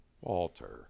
Walter